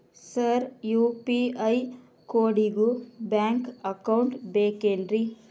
Sir UPI ಕೋಡಿಗೂ bank account ಬೇಕೆನ್ರಿ?